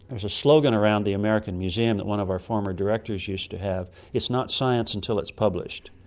there's a slogan around the american museum that one of our former directors used to have it's not science until it's published.